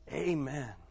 Amen